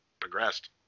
progressed